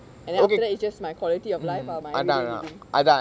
and after that it's just my quality of life ah my really living